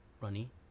runny